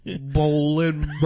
Bowling